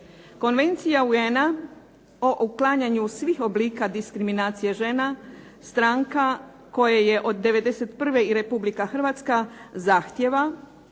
Konvencija UN-a o uklanjanju svih oblika diskriminacije žena stranka koje je od 91. i Republika Hrvatska zahtijeva